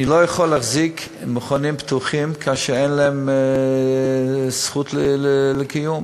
אני לא יכול להחזיק מכונים פתוחים כאשר אין להם זכות קיום,